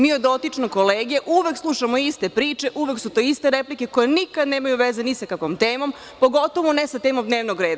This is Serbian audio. Mi od dotičnog kolege uvek slušamo iste priče, uvek su to iste replike koje nikad nemaju veza ni sa kakvom temom, pogotovo ne sa temom dnevnog reda.